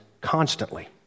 constantly